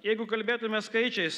jeigu kalbėtumėme skaičiais